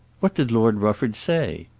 what did lord rufford say?